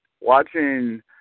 Watching